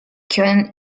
können